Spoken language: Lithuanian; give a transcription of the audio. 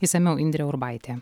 išsamiau indrė urbaitė